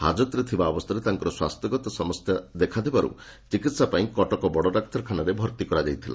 ହାଜତରେ ଥିବା ଅବସ୍ଥାରେ ତାଙ୍କର ସ୍ୱାସ୍ଥ୍ୟଗତ ସମସ୍ୟା ଦେଖାଦେବାରୁ ଚିକିହା ପାଇଁ କଟକ ବଡ ଡାକ୍ତରଖାନାରେ ଭଭି କରାଯାଇଥିଲା